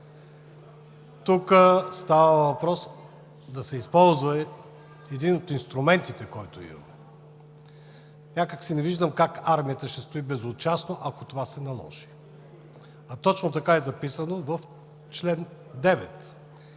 Тук става въпрос да се използва един от инструментите, който имаме. Някак си не виждам как армията ще стои безучастно, ако това се наложи, а точно така е записано в чл. 9.